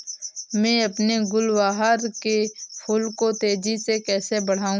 मैं अपने गुलवहार के फूल को तेजी से कैसे बढाऊं?